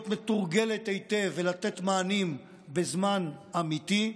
להיות מתורגלת היטב ולתת מענים בזמן אמיתי.